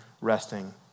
resting